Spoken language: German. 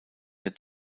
der